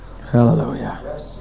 Hallelujah